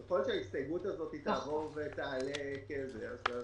ככל שההסתייגות הזו תעבור ותעלה, כן.